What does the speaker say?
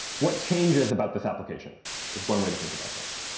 what changes about this application is one way to think about this.